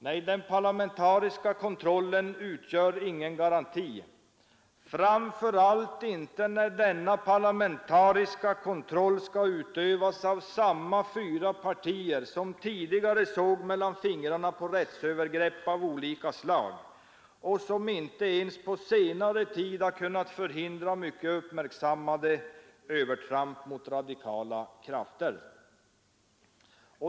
Nej, den parlamentariska kontrollen utgör ingen garanti, framför allt inte när denna parlamentariska kontroll skall utövas av samma fyra partier som tidigare såg mellan fingrarna med rättsövergrepp av olika slag och som inte ens på senare tid har kunnat förhindra mycket uppmärksammade övertramp mot radikala krafter.